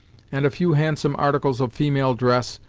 and a few handsome articles of female dress,